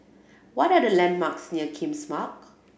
what are the landmarks near King's Malk